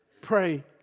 pray